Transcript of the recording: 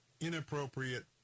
inappropriate